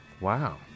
Wow